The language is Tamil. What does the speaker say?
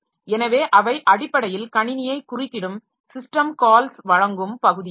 எனவே அவை அடிப்படையில் கணினியை குறிக்கிடும் சிஸ்டம் கால்ஸ் வழங்கும் பகுதியாகும்